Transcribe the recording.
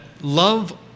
love